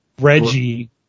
Reggie